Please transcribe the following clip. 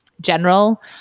general